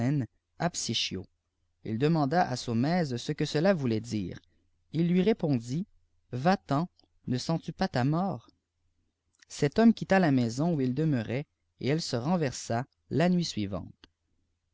il demanda à saumaise ce que cela voulait dire il lui répondit fà ten ne sens-tu pas ta mort cet homipe quitta la maison où il demeurait et elle se renversa lauit suivante